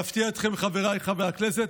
להפתיע אתכם, חבריי חברי הכנסת: